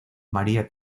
mariah